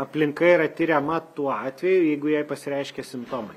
aplinka yra tiriama tuo atveju jeigu jai pasireiškė simptomai